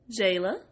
Jayla